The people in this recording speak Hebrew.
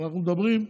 אנחנו מדברים,